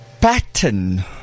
pattern